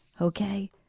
okay